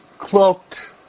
Cloaked